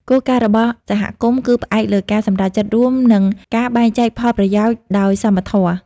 គោលការណ៍របស់សហគមន៍គឺផ្អែកលើការសម្រេចចិត្តរួម និងការបែងចែកផលប្រយោជន៍ដោយសមធម៌។